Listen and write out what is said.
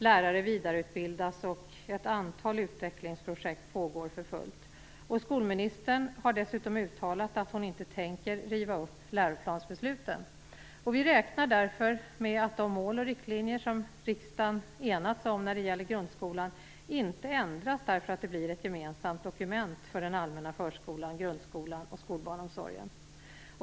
Lärare vidareutbildas och ett antal utvecklingsprojekt pågår. Skolministern har dessutom uttalat att hon inte tänker riva upp läroplansbesluten. Vi räknar därför med att de mål och riktlinjer som riksdagen enats om när det gäller grundskolan inte ändras för att det blir ett gemensamt måldokument för den allmänna förskolan, grundskolan och skolbarnsomsorgen.